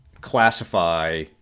classify